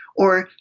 or,